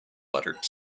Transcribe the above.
buttered